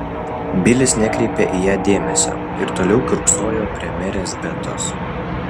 bilis nekreipė į ją dėmesio ir toliau kiurksojo prie merės betos